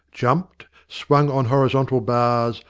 jumped, swung on horizontal bars,